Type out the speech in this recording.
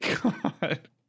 God